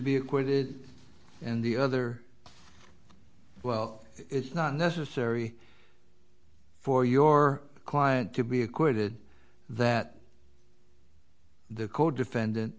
be acquitted and the other well it's not necessary for your client to be acquitted that the codefendant